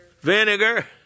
vinegar